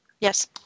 Yes